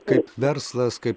kaip verslas kaip